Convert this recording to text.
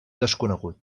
desconegut